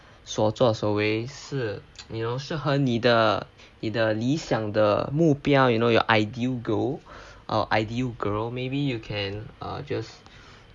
所作所为是 you know 适合你的你的理想的目标 you know your ideal girl ah ideal girl maybe you can just